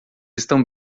estão